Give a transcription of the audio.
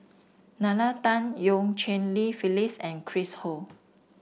Nalla Tan Eu Cheng Li Phyllis and Chris Ho